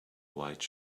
white